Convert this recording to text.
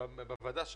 בוועדה הזאת,